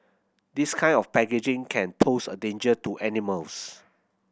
this kind of packaging can pose a danger to animals